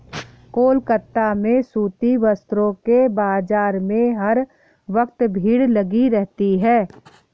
कोलकाता में सूती वस्त्रों के बाजार में हर वक्त भीड़ लगी रहती है